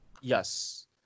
yes